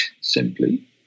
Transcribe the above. simply